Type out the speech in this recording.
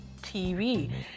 TV